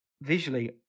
visually